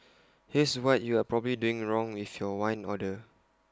here's what you are probably doing wrong with your wine order